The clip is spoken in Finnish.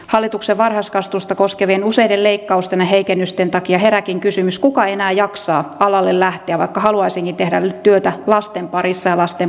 hallituksen varhaiskasvatusta koskevien useiden leikkausten ja heikennysten takia herääkin kysymys kuka enää jaksaa alalle lähteä vaikka haluaisikin tehdä työtä lasten parissa ja lasten parhaaksi